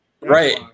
Right